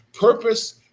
purpose